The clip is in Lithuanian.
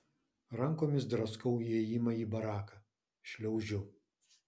rankomis draskau įėjimą į baraką šliaužiu